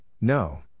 no